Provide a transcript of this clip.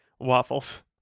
waffles